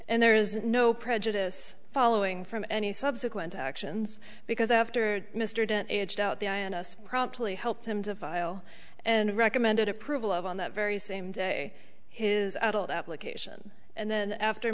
and there is no prejudice following from any subsequent actions because after mr dent edged out the ins promptly helped him to file and recommended approval of on that very same day his adult application and then after